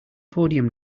podium